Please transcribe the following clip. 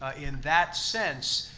ah in that sense,